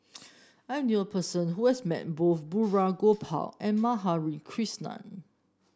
I knew a person who has met both Balraj Gopal and Madhavi Krishnan